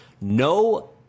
no